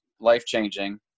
life-changing